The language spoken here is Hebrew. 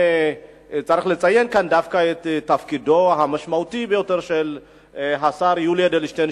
צריך לציין כאן דווקא את תפקידו המשמעותי ביותר של השר יולי אדלשטיין,